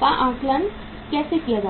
का आकलन कैसे किया जाए